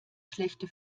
schlechte